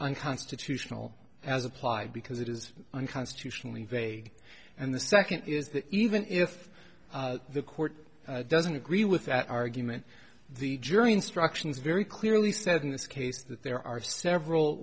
unconstitutional as applied because it is unconstitutionally vague and the second is that even if the court doesn't agree with that argument the jury instructions very clearly said in this case that there are several